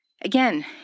Again